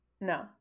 no